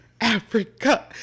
Africa